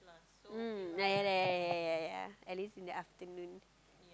mm ya lah ya lah ya lah ya lah ya lah at least in the afternoon